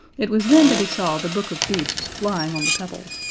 it was then that he saw the book of beasts lying on the pebbles,